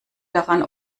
daran